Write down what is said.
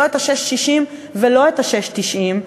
לא את ה-6.60 ולא את ה-6.90,